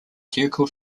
ducal